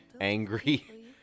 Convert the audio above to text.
angry